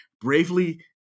Bravely